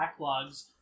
backlogs